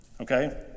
Okay